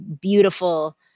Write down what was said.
beautiful